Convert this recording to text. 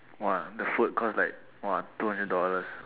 !wah! the food cost like !wah! two hundred dollars